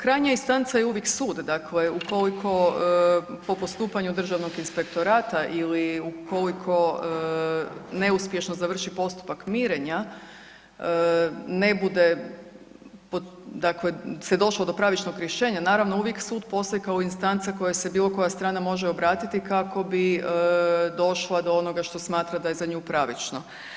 Krajnja instanca je uvijek sud, dakle ukoliko po postupanju državnog inspektorata ili ukoliko neuspješno završi postupak mirenja ne bude, dakle se došlo do pravičnog rješenja, naravno uvijek sud postoji kao instanca kojoj se bilo koja strana može obratiti kako bi došla do onoga što smatra da je za nju pravično.